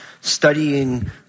studying